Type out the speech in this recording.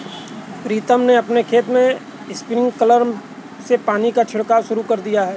प्रीतम ने अपने खेत में स्प्रिंकलर से पानी का छिड़काव शुरू कर दिया है